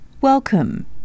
Welcome